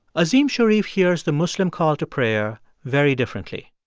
azim shariff hears the muslim call to prayer very differently.